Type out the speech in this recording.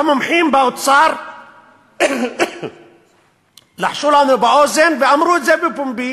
המומחים באוצר לחשו לנו באוזן ואמרו בפומבי